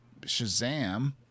Shazam